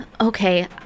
Okay